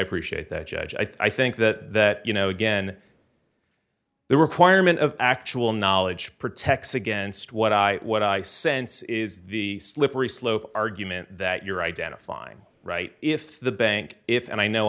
appreciate that judge i think that you know again the requirement of actual knowledge protects against what i what i sense is the slippery slope argument that you're identifying right if the bank if and i know